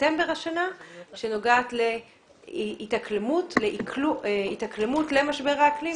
בספטמבר השנה ונוגעת להתאקלמות למשבר האקלים.